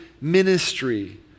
ministry